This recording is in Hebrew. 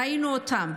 ראינו אותם.